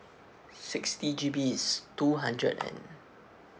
sixty G_B is two hundred and